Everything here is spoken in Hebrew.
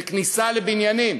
זו כניסה לבניינים,